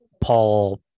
Paul